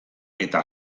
eta